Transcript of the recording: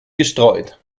gestreut